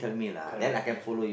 correct then